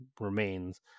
remains